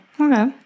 Okay